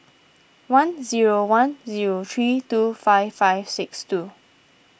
one zero one zero three two five five six two